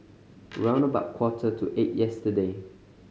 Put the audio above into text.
round about quarter to eight yesterday